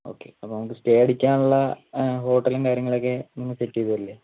ഒക്കെ അപ്പോൾ നമുക്ക് സ്റ്റേ അടിക്കാനുള്ള ഹോട്ടലും കാര്യങ്ങളൊക്കെ നിങ്ങൾ സെറ്റ് ചെയ്തു തരില്ലേ